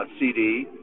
CD